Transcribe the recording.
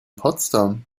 potsdam